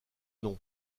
nom